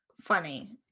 funny